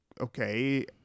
okay